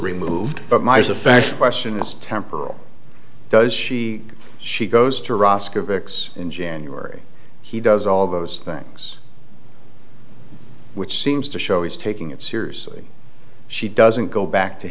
removed but my as a fashion question this temporal does she she goes to roscoe vic's in january he does all those things which seems to show he's taking it seriously she doesn't go back to